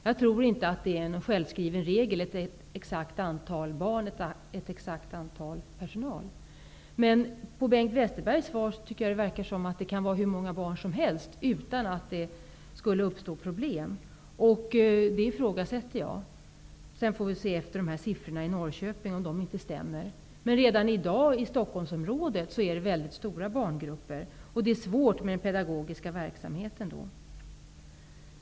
Jag tror inte att det är en självskriven regel att det skall vara ett visst antal barn och ett visst antal anställda. Men av Bengt Westerbergs svar att döma kan det vara hur många barn som helst och att det ändå inte uppstår några problem. Det ifrågasätter jag. Men sedan får vi kontrollera om siffrorna i Norrköping stämmer eller inte. Redan i dag finns det dock väldigt stora barngrupper i Stockholmsområdet. Det innebär svårigheter för den pedagogiska verksamheten.